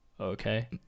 okay